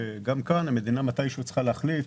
גם כאן המדינה מתישהו צריכה להחליט,